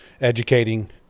educating